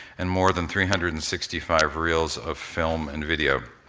and more than three hundred and sixty five reels of film and video.